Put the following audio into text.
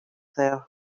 there